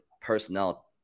personnel